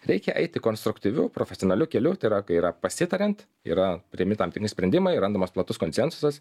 reikia eiti konstruktyviu profesionaliu keliu tai ta kai yra pasitariant yra priimi tam timi sprendimai randamas platus konsensusas